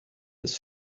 its